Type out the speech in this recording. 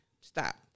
stop